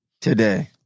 Today